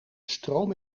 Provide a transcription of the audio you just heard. stroom